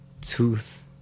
tooth